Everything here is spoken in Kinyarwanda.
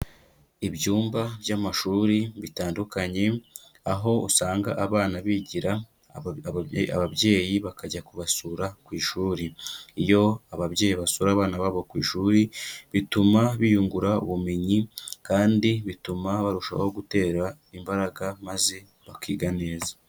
Ibyumba by'amashuri bitandukanye, aho usanga abana bigira, ababyeyi bakajya kubasura ku ishuri. Iyo ababyeyi basura abana babo ku ishuri, bituma biyungura ubumenyi, kandi bituma barushaho gutera imbaraga maze bakiga neza.